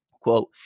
quote